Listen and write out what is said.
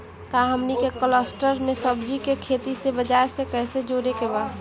का हमनी के कलस्टर में सब्जी के खेती से बाजार से कैसे जोड़ें के बा?